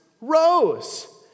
rose